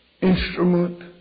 instrument